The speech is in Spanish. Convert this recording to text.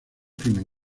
crimen